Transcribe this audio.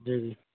جی جی